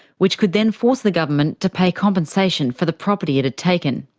which could then force the government to pay compensation for the property it had taken.